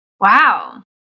Wow